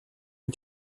und